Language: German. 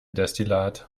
destillat